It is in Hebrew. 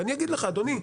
ואני אגיד לך: אדוני,